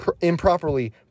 improperly